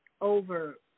over